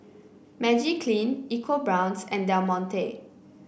Magiclean EcoBrown's and Del Monte